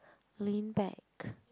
lean back